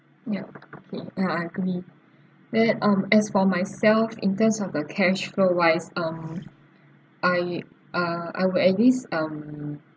ya okay ya I agree then um as for myself in terms of the cash roll wise um I uh I will at least um